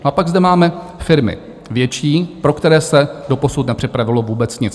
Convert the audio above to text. A pak zde máme firmy větší, pro které se doposud nepřipravilo vůbec nic.